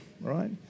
right